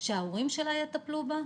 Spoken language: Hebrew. שההורים שלה יטפלו בה?